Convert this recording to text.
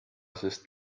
sest